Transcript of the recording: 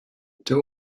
der